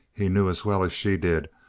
he knew, as well as she did,